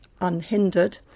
unhindered